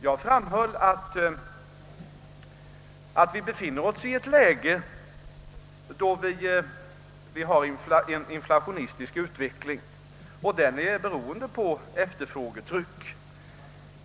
Jag framhöll att vi befinner oss i ett läge där den inflationistiska utvecklingen till stor del beror på efterfrågetryck.